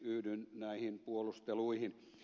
yhdyn näihin puolusteluihin